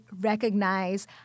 recognize